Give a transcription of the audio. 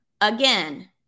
again